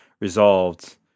resolved